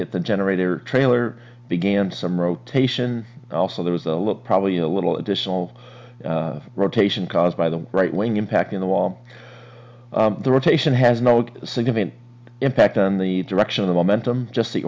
hit the generator trailer began some rotation also there was a little probably a little additional rotation caused by the right wing impact in the wall the rotation has no significant impact on the direction of momentum just the